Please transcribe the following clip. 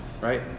right